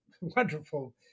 wonderful